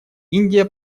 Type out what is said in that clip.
индия